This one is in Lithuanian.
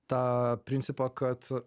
tą principą kad